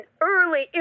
early